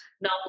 now